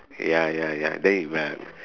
ya ya ya then is bad